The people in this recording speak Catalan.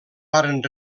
varen